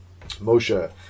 Moshe